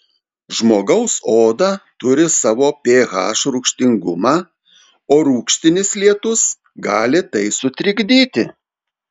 žmogaus oda turi savo ph rūgštingumą o rūgštinis lietus gali tai sutrikdyti